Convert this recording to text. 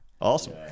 Awesome